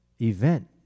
event